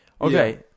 okay